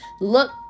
look